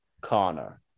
Connor